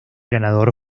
ganador